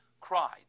cried